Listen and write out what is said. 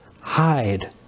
hide